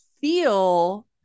feel